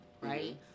right